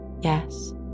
Yes